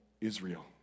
Israel